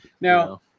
Now